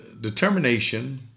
determination